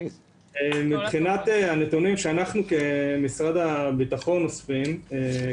מבחינת הנתונים שאנחנו כמשרד הביטחון אוספים,